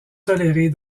tolérés